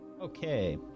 Okay